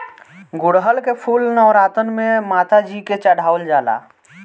गुड़हल के फूल नवरातन में माता जी के चढ़ावल जाला